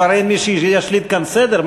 כבר אין מי שישליט כאן סדר?